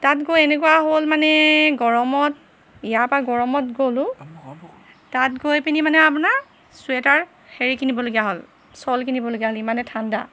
তাত গৈ এনেকুৱা হ'ল মানে গৰমত ইয়াৰপৰা গৰমত গ'লো তাত গৈ পিনি মানে আপোনাৰ ছোৱেটাৰ হেৰি কিনিবলগীয়া হ'ল শ্বল কিনিবলগীয়া হ'ল ইমানে ঠাণ্ডা